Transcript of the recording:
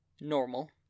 normal